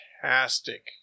fantastic